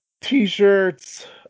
t-shirts